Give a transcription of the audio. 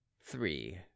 three